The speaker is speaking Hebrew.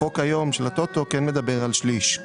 החוק היום של הטוטו כן מדבר על שליש.